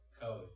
code